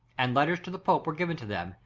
and letters to the pope were given to them,